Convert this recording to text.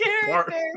character